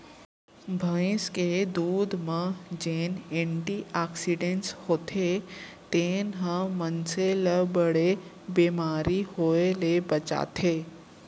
भईंस के दूद म जेन एंटी आक्सीडेंट्स होथे तेन ह मनसे ल बड़े बेमारी होय ले बचाथे